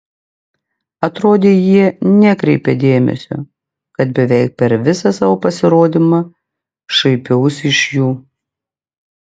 atrodė jie nekreipia dėmesio kad beveik per visą savo pasirodymą šaipiausi iš jų